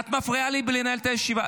את מפריעה לי לנהל את הישיבה.